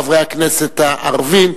חברי הכנסת הערבים,